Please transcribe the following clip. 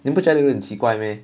你不觉得有点奇怪咩